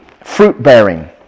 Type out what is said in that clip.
fruit-bearing